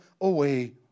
away